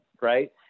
right